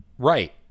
Right